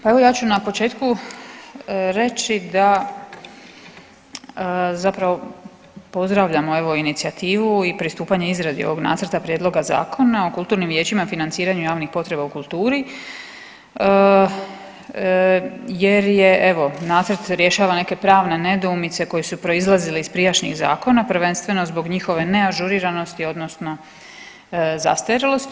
Pa evo ja ću na početku reći da zapravo pozdravljamo evo inicijativu i pristupanje izradi ovog nacrta prijedloga Zakona o kulturnim vijećima i financiranju javnih potreba u kulturi jer je evo nacrt rješava neke pravne nedoumice koje su proizlazile iz prijašnjih zakona, prvenstveno zbog njihove neažuriranosti odnosno zastarjelosti.